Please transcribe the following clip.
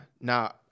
Now